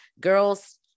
girls